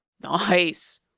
Nice